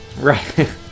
Right